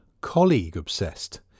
colleague-obsessed